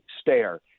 stare